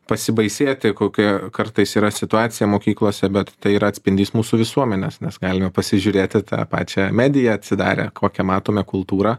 pasibaisėti kokia kartais yra situacija mokyklose bet tai yra atspindys mūsų visuomenės nes galime pasižiūrėt į tą pačią mediją atsidarę kokią matome kultūrą